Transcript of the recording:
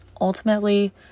Ultimately